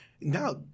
Now